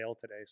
today